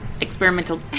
Experimental